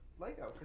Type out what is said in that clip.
Lego